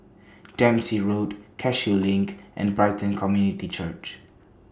Dempsey Road Cashew LINK and Brighton Community Church